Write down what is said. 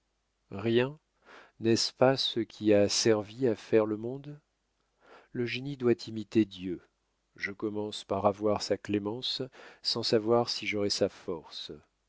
rien n'est-ce pas ce qui a servi à faire le monde le génie doit imiter dieu je commence par avoir sa clémence sans savoir si j'aurai sa force